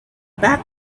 back